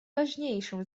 важнейшим